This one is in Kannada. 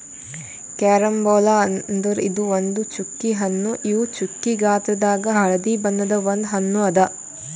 ಕ್ಯಾರಂಬೋಲಾ ಅಂದುರ್ ಇದು ಒಂದ್ ಚ್ಚುಕಿ ಹಣ್ಣು ಇವು ಚ್ಚುಕಿ ಗಾತ್ರದಾಗ್ ಹಳದಿ ಬಣ್ಣದ ಒಂದ್ ಹಣ್ಣು ಅದಾ